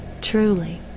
Truly